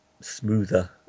smoother